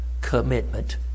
commitment